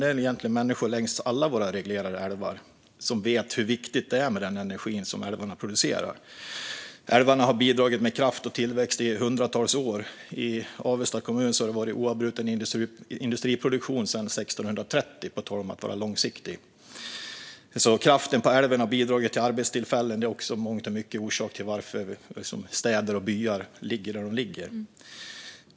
Alla människor längs våra reglerade älvar vet hur viktigt det är med den energi som älvarna producerar. Älvarna har bidragit med kraft och tillväxt i hundratals år. I Avesta kommun har det varit oavbruten industriproduktion sedan 1630 - på tal om att vara långsiktig. Kraften från älven har bidragit till arbetstillfällen och är i mångt och mycket orsaken till att städer och byar ligger där de ligger.